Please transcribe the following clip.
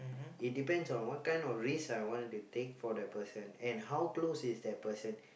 it depends what kind of risks I want to take for that person and how close is that person